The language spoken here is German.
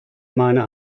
meine